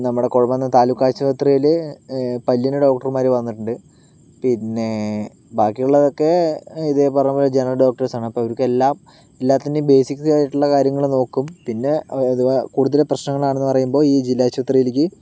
നമ്മടെ കുഴൽമന്ദം താലൂക്ക് ആശുപത്രിയിൽ പല്ലിന് ഡോക്ടർമാർ വന്നിട്ടുണ്ട് പിന്നേ ബാക്കിയുള്ളതൊക്കെ ഇതേ പറഞ്ഞതു പോലെ ജനറൽ ഡോക്ടേഴ്സാണ് അപ്പോൾ ഇവർക്കെല്ലാം എല്ലാത്തിൻ്റെയും ബേസിക്സ് ആയിട്ടുള്ള കാര്യങ്ങൾ നോക്കും പിന്നെ അഥവാ കുടുതൽ പ്രശ്നങ്ങളാണെന്ന് പറയുമ്പോൾ ഈ ജില്ലാ ആശുപത്രിയിലേക്ക്